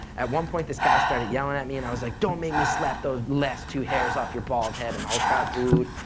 at one point, this guy started yelling at me, and i was like, don't make me slap those last two hairs off your bald head. and all the crowd booed.